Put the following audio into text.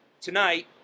tonight